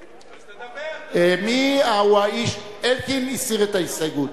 אז תדבר, אלקין הסיר את ההסתייגות.